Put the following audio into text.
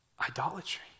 Idolatry